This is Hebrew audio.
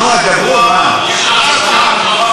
נו, אז דברו, מה.